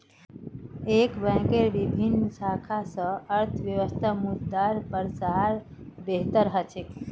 एक बैंकेर विभिन्न शाखा स अर्थव्यवस्थात मुद्रार प्रसार बेहतर ह छेक